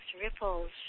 ripples